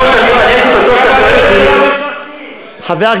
שלא יודע להסתכל